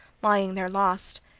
lying there lost.